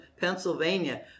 Pennsylvania